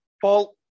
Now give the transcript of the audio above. Paul